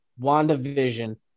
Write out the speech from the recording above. WandaVision